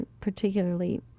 particularly